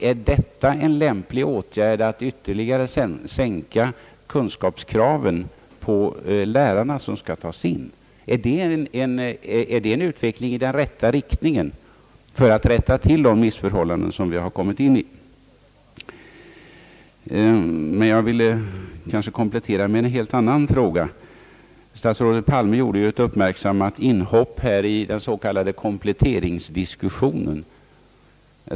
Är det en lämplig åtgärd att ytterligare sänka kunskapskraven på de lärare som skall tas in? Är det en utveckling i den rätta riktningen för att rätta till de missförhållanden som har uppstått? Jag vill nu komplettera med en helt annan fråga. Statsrådet Palme gjorde här ett uppmärksammat inhopp i den s.k. kompletteringsdiskussionen.